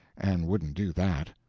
and wouldn't do that.